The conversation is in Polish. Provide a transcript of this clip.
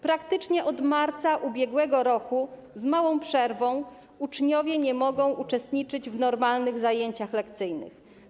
Praktycznie od marca ubiegłego roku, z małą przerwą, uczniowie nie mogą uczestniczyć w normalnych zajęciach lekcyjnych.